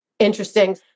Interesting